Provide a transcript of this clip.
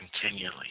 continually